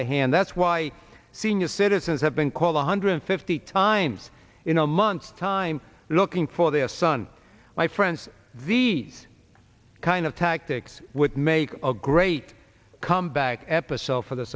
of hand that's why senior citizens have been called one hundred fifty times in a month's time looking for their son my friends these kind of tactics would make a great comeback episode for the